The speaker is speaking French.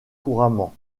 couramment